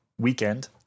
Weekend